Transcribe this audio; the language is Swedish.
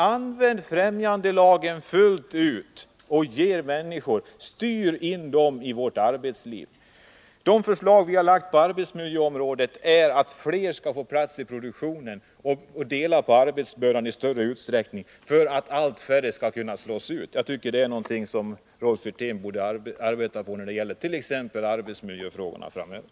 Använd främjandelagen fullt ut och styr in människor i arbetslivet! Det förslag vi har lagt fram på arbetsmiljöområdet syftar till att fler skall få plats i produktionen, att arbetsbördan i större utsträckning skall delas, för att allt färre skall slås ut. Det är någonting som Rolf Wirtén borde arbeta på t.ex. när det gäller arbetsmiljöfrågorna framöver.